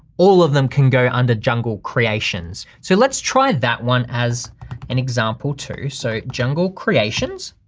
all of them can go under jungle creations. so let's try that one as an example too, so jungle creations.